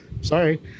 Sorry